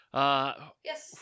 Yes